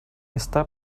está